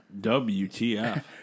WTF